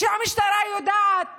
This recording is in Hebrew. המשטרה יודעת